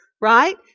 right